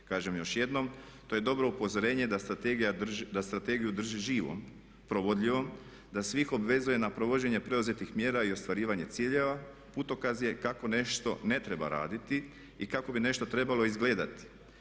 Kažem još jednom, to je dobro upozorenje da strategiju drži živom, provodljivom, da svih obvezuje na provođenje preuzetih mjera i ostvarivanje ciljeva, putokaz je kako nešto ne treba raditi i kako bi nešto trebalo izgledati.